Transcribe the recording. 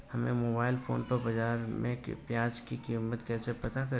हम mobile phone पर बाज़ार में प्याज़ की कीमत कैसे पता करें?